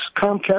Comcast